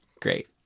great